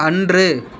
அன்று